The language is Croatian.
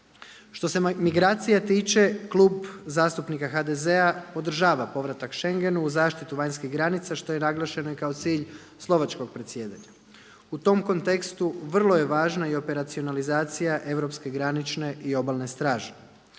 Što se migracija tiče Klub zastupnika HDZ-a podržava povratak Schengenu uz zaštitu vanjskih granica što je naglašeno i kao cilj slovačkog predsjedanja. U tom kontekstu vrlo je važna i operacionalizacija europske granične i obalne straže.